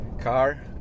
car